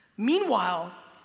meanwhile,